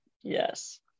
Yes